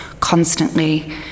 constantly